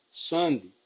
sunday